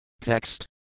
Text